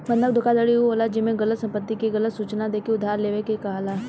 बंधक धोखाधड़ी उ होला जेमे गलत संपत्ति के गलत सूचना देके उधार लेवे के कहाला